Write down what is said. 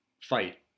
fight